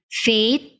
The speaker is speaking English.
faith